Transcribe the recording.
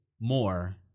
more